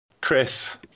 Chris